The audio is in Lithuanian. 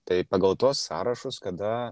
tai pagal tuos sąrašus kada